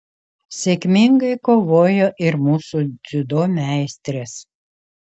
sėkmingai kovojo ir mūsų dziudo meistrės